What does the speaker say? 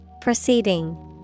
Proceeding